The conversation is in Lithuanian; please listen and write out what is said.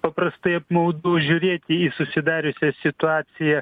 paprastai apmaudu žiūrėti į susidariusią situaciją